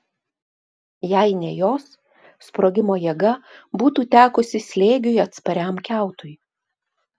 jei ne jos sprogimo jėga būtų tekusi slėgiui atspariam kiautui